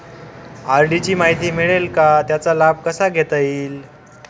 RD ची माहिती मिळेल का, त्याचा लाभ कसा घेता येईल?